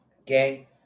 Okay